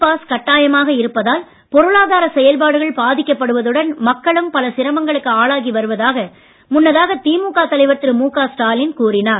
pass கட்டாயமாக இருப்பதால் பொருளாதார செயல்பாடுகள் பாதிக்கப்படுவதுடன் மக்களும் பல சிரமங்களுக்கு ஆளாகி வருவதாக முன்னதாக திமுக தலைவர் திரு முக ஸ்டாலின் கூறினார்